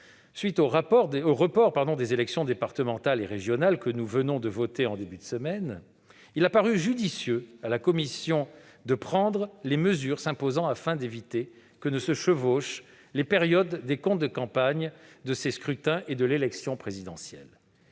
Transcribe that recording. suite du report des élections départementales et régionales, que nous avons voté en début de semaine, il a paru judicieux à la commission de prendre les mesures s'imposant afin d'éviter que ne se chevauchent les périodes des comptes de campagne de ces scrutins et de l'élection présidentielle.